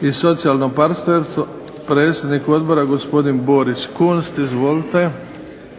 i socijalno partnerstvo, predsjednik odbora gospodin Boris Kunst. Izvolite.